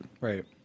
Right